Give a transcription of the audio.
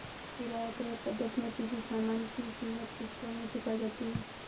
किराया क्रय पद्धति में किसी सामान की कीमत किश्तों में चुकाई जाती है